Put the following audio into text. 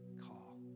call